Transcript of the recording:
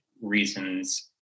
reasons